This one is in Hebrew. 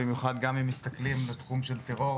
במיוחד לעומת טרור,